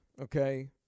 okay